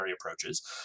approaches